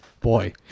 Boy